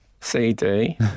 CD